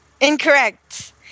Incorrect